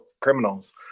criminals